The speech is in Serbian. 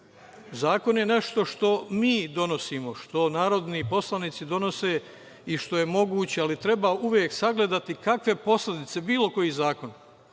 Zakon je nešto što mi donosimo, što narodni poslanici donose i što je moguće… ali treba uvek sagledati kakve posledice bilo koji zakon,